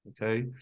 Okay